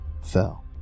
fell